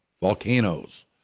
Volcanoes